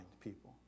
people